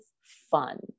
fun